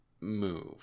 move